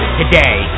today